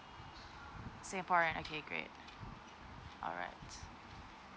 singaporean okay great alright